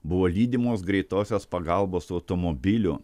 buvo lydimos greitosios pagalbos automobilių